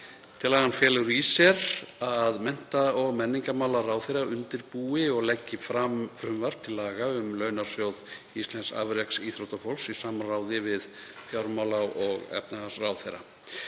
Tillagan felur í sér að mennta- og menningarmálaráðherra undirbúi og leggi fram frumvarp til laga um launasjóð íslensks afreksíþróttafólks í samráði við fjármála- og efnahagsráðherra.